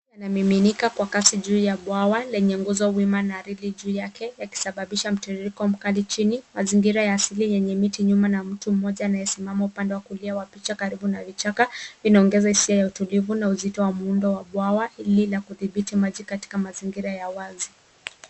Inamiminika kwa kasi juu ya bwawa, lenye nguzo wima na reli juu yake yakisababisha mtiririko mkali chini. Mazingira ya asilia yenye miti nyuma na mtu mmoja anayesimama upande wa kulia wa picha karibu na vichaka vinaongeza hisia ya utulivu na uzito wa muundo wa bwawa, hili la kudhibiti maji katika mazingira ya wazi.